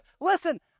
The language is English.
listen